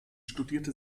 studierte